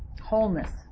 Wholeness